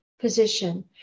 Position